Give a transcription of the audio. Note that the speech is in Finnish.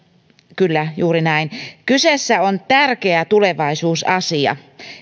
kyllä juuri näin kyseessä on tärkeä tulevaisuusasia